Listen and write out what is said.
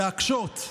להקשות.